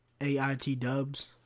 A-I-T-dubs